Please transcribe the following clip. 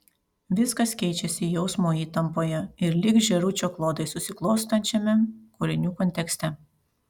viskas keičiasi jausmo įtampoje ir lyg žėručio klodai susiklostančiame kūrinių kontekste